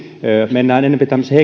mennään enempi tämmöisen